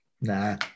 Nah